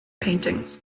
paintings